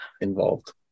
involved